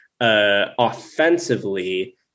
offensively